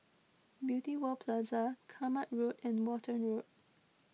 Beauty World Plaza Kramat Road and Walton Road